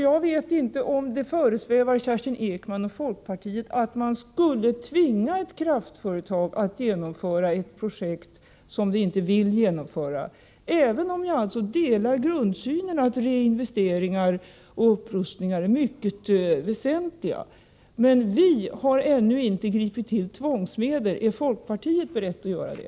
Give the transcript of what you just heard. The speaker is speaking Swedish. Jag vet inte om det föresvävar Kerstin Ekman och folkpartiet att man skulle tvinga ett kraftföretag att genomföra ett projekt som det inte vill genomföra. Även om jag också delar grundsynen att reinvesteringar och upprustningar är mycket väsentliga, har vi ännu inte tillgripit tvångsmedel. Är folkpartiet berett att göra det?